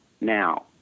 now